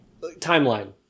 timeline